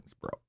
bro